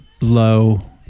Low